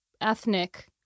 ethnic